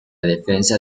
defensa